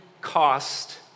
cost